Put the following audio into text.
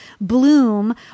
bloom